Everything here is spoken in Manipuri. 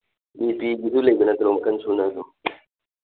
ꯕꯤꯄꯤꯒꯤꯁꯨ ꯂꯩꯕ ꯅꯠꯇ꯭ꯔꯣ ꯃꯈꯜ ꯁꯨꯅ ꯑꯗꯨꯝ